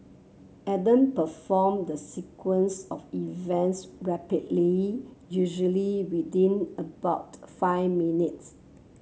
Adam performed the sequence of events rapidly usually within about five minutes